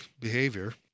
behavior